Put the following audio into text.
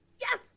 Yes